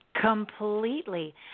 Completely